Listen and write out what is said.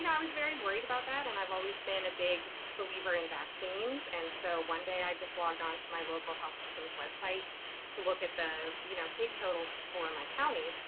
i was very worried about that. and i've always been a big believer in vaccines. and so one day i just logged on to my local health system's website to look at the, you know, case totals for my county.